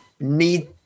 need